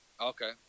Okay